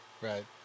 Right